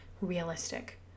realistic